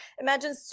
Imagine